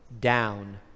down